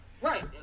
Right